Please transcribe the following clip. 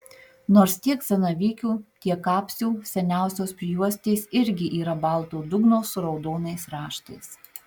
nors tiek zanavykių tiek kapsių seniausios prijuostės irgi yra balto dugno su raudonais raštais